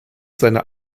seiner